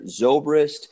Zobrist